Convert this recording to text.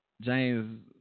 James